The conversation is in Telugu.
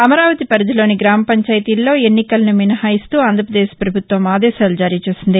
అమరావతి పరిధిలోని గ్రామ పంచాయతీల్లో ఎన్నికలను మినహాయిస్తూ ఆంధ్రప్రదేశ్ ప్రభుత్వం అదేశాలు జారీ చేసింది